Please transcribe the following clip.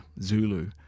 Zulu